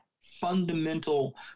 fundamental